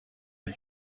but